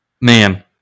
man